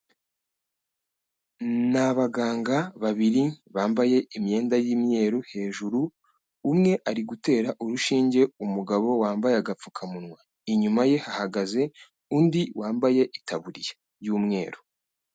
Ni abaganga babiri bambaye imyenda y'imyeru hejuru, umwe ari gutera urushinge umugabo wambaye agapfukamunwa. Inyuma ye hahagaze undi wambaye itaburiya y'umweru.